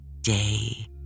day